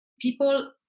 people